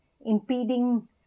impeding